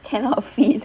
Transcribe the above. cannot fit